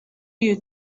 you